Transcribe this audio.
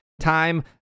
time